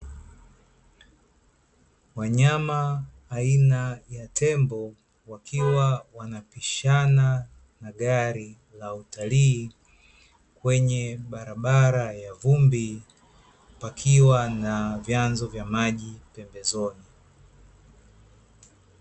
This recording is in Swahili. Wanyama aina ya tembo wakiwa wanapishana na gari la utalii kwenye barabara ya vumbi pakiwa na vyanzo vya maji pembezoni.